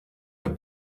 der